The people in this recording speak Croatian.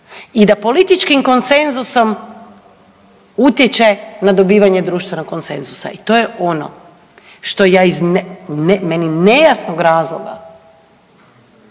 i da političkim konsenzusom utječe na dobivanje društvenog konsenzus i to je ono što meni iz nejasnog razloga